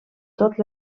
tot